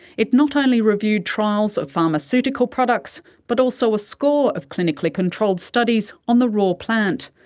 it not only reviewed trials of pharmaceutical products, but also a score of clinically controlled studies on the raw plant.